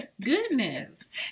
Goodness